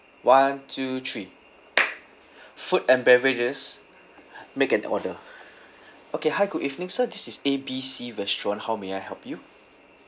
one two three food and beverages make an order okay hi good evening sir this is A B C restaurant how may I help you